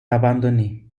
abandonnées